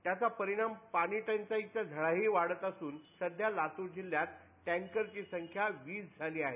त्याचा परिणाम म्हणजे पाणी टंचाईच्या झळाही वाढत असून सध्या लातूर जिल्ह्यात टँकरची संख्या वीस झाली आहे